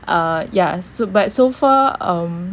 uh yeah s~ but so far um